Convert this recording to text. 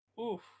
Oof